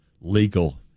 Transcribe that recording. legal